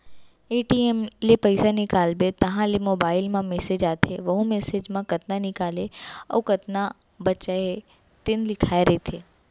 ATM ले पइसा निकालबे तहाँ ले मोबाईल म मेसेज आथे वहूँ मेसेज म कतना निकाले अउ कतना बाचे हे तेन लिखाए रहिथे